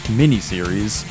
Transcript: miniseries